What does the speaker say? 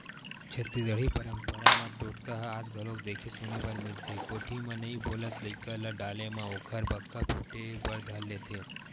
छत्तीसगढ़ी पंरपरा म टोटका ह आज घलोक देखे सुने बर मिलथे कोठी म नइ बोलत लइका ल डाले म ओखर बक्का फूटे बर धर लेथे